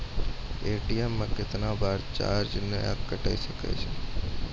ATM से कैतना बार चार्ज नैय कटै छै?